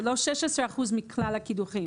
זה לא 16 אחוז מכלל הקידוחים.